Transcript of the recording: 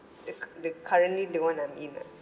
the the currently the one I'm in ah